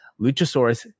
Luchasaurus